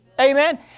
Amen